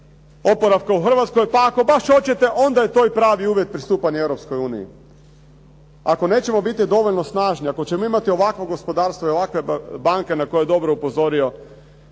oporavka u Hrvatskoj. Pa ako baš hoćete onda je i to pravi uvjet pristupanja Europskoj uniji. Ako nećemo biti dovoljno snažni, ako ćemo imati ovakvo gospodarstvo i ovakve banke na koje je dobro upozorio